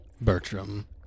Bertram